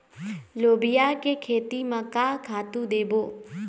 लोबिया के खेती म का खातू देबो?